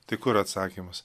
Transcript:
tai kur atsakymas